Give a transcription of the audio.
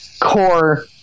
core